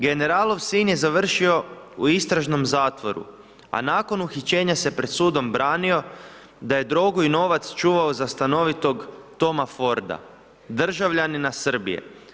Generalov sin je završio u istražnom zatvoru a nakon uhićenja se pred sobom branio da je drogu i novac čuvao za stanovitog Toma Forda, državljanina Srbije.